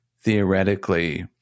theoretically